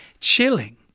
chilling